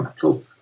cool